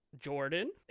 Jordan